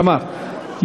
תמר,